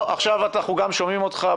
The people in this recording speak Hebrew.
לא, עכשיו אנחנו גם שומעים אותך.